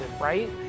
right